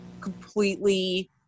completely